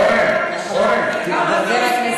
סליחה, אולי, אורן, אורן,